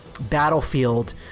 battlefield